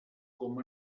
com